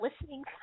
listening